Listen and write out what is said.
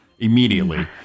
Immediately